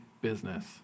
business